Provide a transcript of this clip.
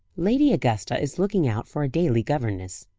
lady augusta is looking out for a daily governess.